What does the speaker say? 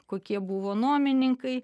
kokie buvo nuomininkai